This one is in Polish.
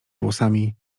włosami